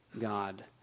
God